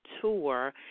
tour